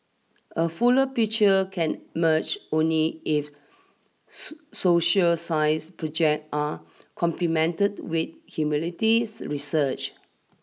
a fuller picture can emerge only if so social science project are complemented with humanities research